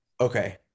Okay